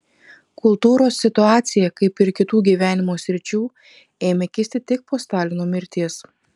kultūros situacija kaip ir kitų gyvenimo sričių ėmė kisti tik po stalino mirties